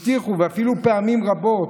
הבטיחו, ואפילו פעמים רבות.